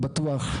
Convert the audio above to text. בטוח,